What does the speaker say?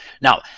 Now